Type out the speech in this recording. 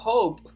Hope